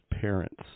parents